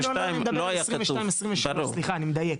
לא, אני מדבר 22-23, סליחה אני מדייק.